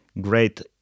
great